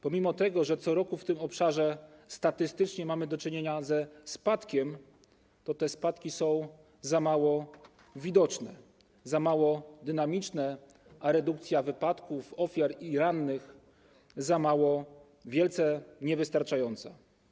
Pomimo tego, że co roku w tym obszarze statystycznie mamy do czynienia ze spadkiem, to ten spadek jest za mało widoczny, za mało dynamiczny, a redukcja wypadków, ofiar i rannych wielce niewystarczająca.